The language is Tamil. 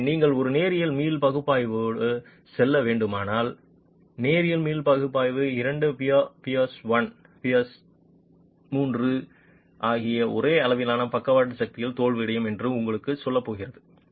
எனவே நீங்கள் ஒரு நேரியல் மீள் பகுப்பாய்வோடு செல்ல வேண்டுமானால் நேரியல் மீள் பகுப்பாய்வு இரண்டு பியர்ஸ் பியர் ஒன் மற்றும் பியர் மூன்று ஆகியவை ஒரே அளவிலான பக்கவாட்டு சக்தியில் தோல்வியடையும் என்று உங்களுக்குச் சொல்லப்போகிறது